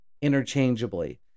interchangeably